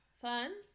Fun